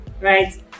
right